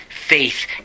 Faith